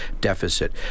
deficit